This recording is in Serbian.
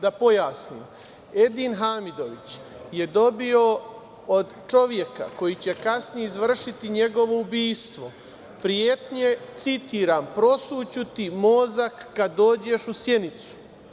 Da pojasnim, Edin Hamidović je dobio od čoveka, koji će kasnije izvršiti njegovo ubistvo, pretnje, citiram: „Prosuću ti mozak kad dođeš u Sjenicu“